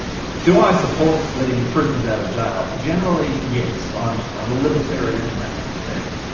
do i support letting prisoners out of jail? generally, yes, i'm i'm a libertarian in that respect.